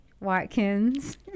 Watkins